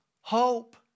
hope